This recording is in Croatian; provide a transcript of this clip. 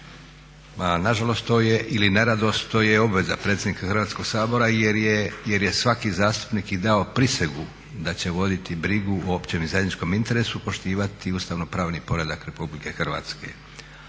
neradost to je obveza predsjednika Hrvatskoga sabora jer je svaki zastupnik i dao prisegu da će voditi brigu o općem i zajedničkom interesu, poštivati i ustavnopravni poredak Republike Hrvatske.